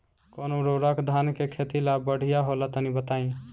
कौन उर्वरक धान के खेती ला बढ़िया होला तनी बताई?